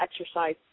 exercise